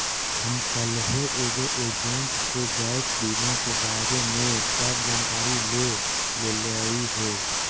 हम कलहे एगो एजेंट से गैप बीमा के बारे में सब जानकारी ले लेलीअई हे